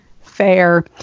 Fair